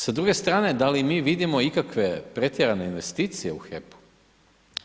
S druge strane da li mi vidimo ikakve pretjerane investicije u HEP-u?